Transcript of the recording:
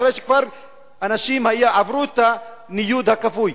אחרי שאנשים כבר עברו את הניוד הכפוי.